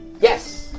Yes